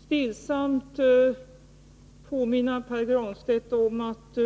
Herr talman! Får jag stillsamt påminna Pär Granstedt om att